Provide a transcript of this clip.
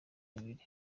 bibiri